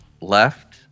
left